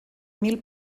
mil